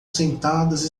sentadas